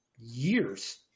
years